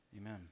Amen